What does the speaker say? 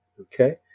Okay